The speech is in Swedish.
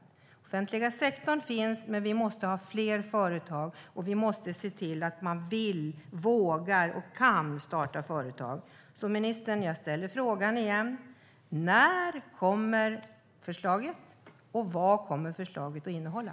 Den offentliga sektorn finns, men vi måste ha fler företag, och vi måste se till att man vill, vågar och kan starta företag. Jag ställer frågan igen, ministern: När kommer förslaget, och vad kommer det att innehålla?